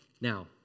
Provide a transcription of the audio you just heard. Now